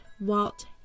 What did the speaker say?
Walt